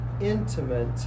intimate